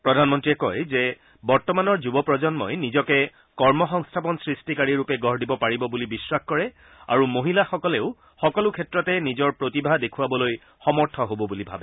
প্ৰধানমন্ত্ৰীয়ে কয় যে বৰ্তমানৰ যুৱ প্ৰজন্মই নিজকে কৰ্ম সংস্থাপন সৃষ্টিকাৰী ৰূপে গঢ় দিব পাৰিব বুলি বিশ্বাস কৰে আৰু মহিলাসকলেও সকলো ক্ষেত্ৰত নিজৰ প্ৰতিভা দেখুৱাবলৈ সমৰ্থ হ'ব বুলি ভাবে